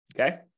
Okay